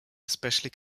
especially